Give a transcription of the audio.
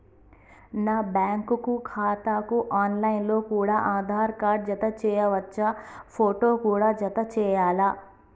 నా బ్యాంకు ఖాతాకు online లో కూడా ఆధార్ కార్డు జత చేయవచ్చా ఫోటో కూడా జత చేయాలా?